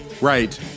right